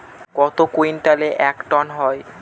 কত কুইন্টালে এক টন হয়?